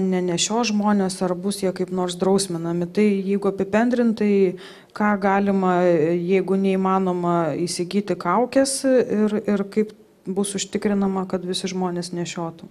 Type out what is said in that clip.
nenešios žmonės ar bus jie kaip nors drausminami tai jeigu apibendrintai ką galima jeigu neįmanoma įsigyti kaukės ir ir kaip bus užtikrinama kad visi žmonės nešiotų